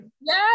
Yes